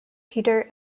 peter